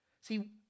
See